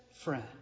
friend